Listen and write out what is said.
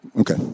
Okay